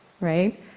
right